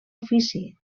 ofici